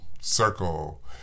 circle